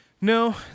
No